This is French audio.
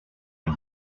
les